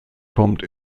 kommt